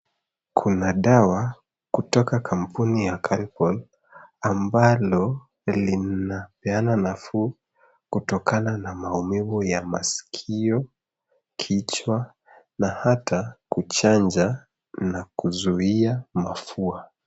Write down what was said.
Kuna dawa kutoka kampuni ya Calpol ambalo linapeana nafuu kutokana na maumivu ya masikio, kichwa, na hata kuchanja na kuzuia mafua.